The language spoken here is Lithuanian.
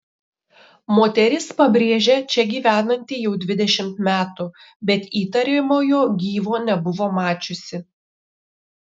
moteris pabrėžia čia gyvenanti jau dvidešimt metų bet įtariamojo gyvo nebuvo mačiusi